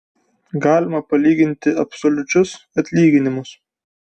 galima palyginti absoliučius atlyginimus